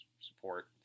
support